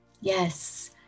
Yes